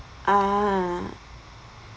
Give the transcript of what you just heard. ah